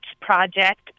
project